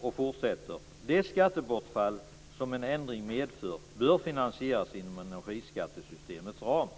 och fortsätter: Det skattebortfall som en ändring medför bör finansieras inom energiskattesystemets ram.